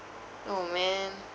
oh man